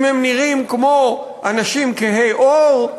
אם הם נראים כמו אנשים כהי עור.